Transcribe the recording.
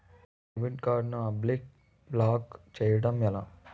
Debit card ను unblock block చేయటం ఎలా?